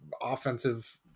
offensive